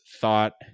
thought